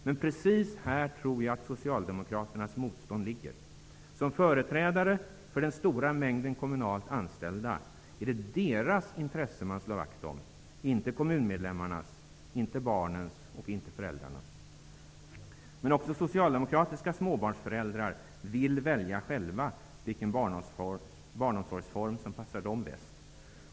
Men precis här tror jag att socialdemokraternas motstånd ligger. Som företrädare för den stora mängden kommunalt anställda är det deras intresse man slår vakt om, inte kommunmedlemmarnas, inte barnens och inte föräldrarnas. Men också socialdemokratiska småbarnsföräldrar vill själva välja vilken barnomsorgsform som passar dem bäst.